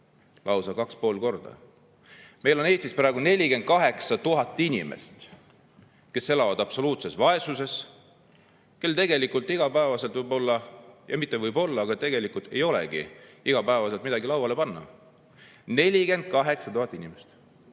lausa 2,5 korda. Meil on Eestis praegu 48 000 inimest, kes elavad absoluutses vaesuses, kel tegelikult võib-olla ei ole, või mitte võib-olla, aga tegelikult ei olegi iga päev midagi lauale panna. 48 000 inimest!